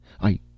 I